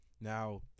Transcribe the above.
now